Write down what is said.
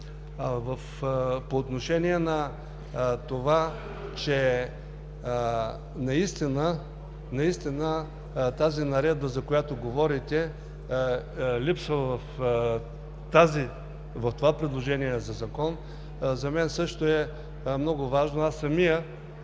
По отношение на това, че наредбата, за която говорите, липсва в това предложение за Закон – за мен също е много важно. Аз самият